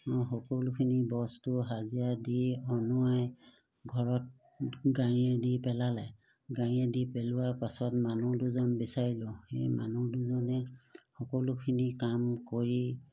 অঁ সকলোখিনি বস্তু হাজিৰা দি অনোৱাই ঘৰত গাড়ীয়ে দি পেলালে গাড়ীয়ে দি পেলোৱা পাছত মানুহ দুজন বিচাৰিলোঁ সেই মানুহ দুজনে সকলোখিনি কাম কৰি